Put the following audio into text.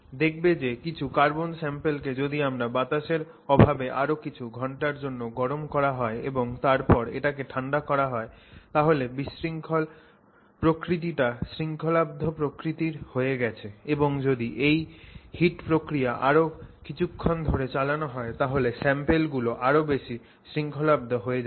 দেখবে যে কিছু কার্বন স্যাম্পলকে যদি বাতাসের অভাবে আরও কিছু ঘণ্টার জন্য গরম করা হয় এবং তারপর এটাকে ঠাণ্ডা করা হয় তাহলে বিশৃঙ্খল প্রকৃতিটা শৃঙ্খলাবদ্ধ প্রকৃতির হয়ে গেছে এবং যদি এই হিট প্রক্রিয়াটা আরও কিছুক্ষণ ধরে চালানো হয় তাহলে স্যাম্পল গুলো আরও বেশি শৃঙ্খলাবদ্ধ হয়ে যাবে